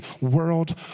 world